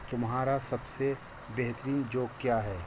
تمہارا سب سے بہترین جوک کیا ہے